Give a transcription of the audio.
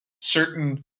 certain